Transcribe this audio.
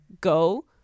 go